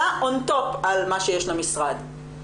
אלא on-top על מה שיש למשרד.